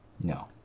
No